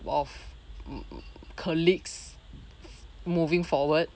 of mm colleagues moving forward